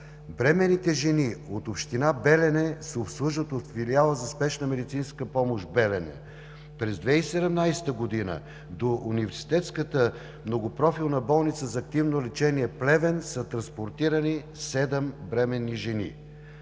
Бременните жени от община Белене се обслужват от филиала за спешна медицинска помощ – Белене. През 2017 г. до Университетската многопрофилна болница за активно лечение – Плевен, са транспортирани 7 бременни жени.